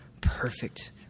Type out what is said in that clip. perfect